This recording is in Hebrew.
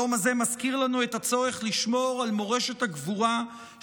היום הזה מזכיר לנו את הצורך לשמור על מורשת הגבורה של